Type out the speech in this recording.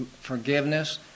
forgiveness